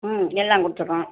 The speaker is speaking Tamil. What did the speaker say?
ம் எல்லாம் கொடுத்துட்றோம்